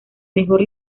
mejor